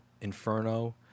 inferno